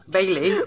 Bailey